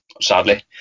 Sadly